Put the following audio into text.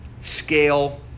scale